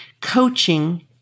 coaching